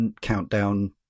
countdown